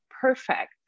perfect